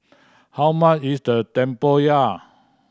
how much is the tempoyak